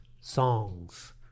songs